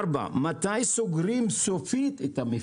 ארבע, מתי סוגרים סופית את המפעל?